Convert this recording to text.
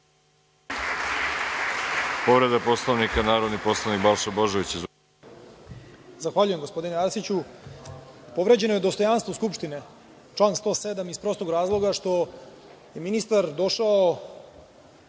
Povreda Poslovnika narodni poslanik Balša Božović.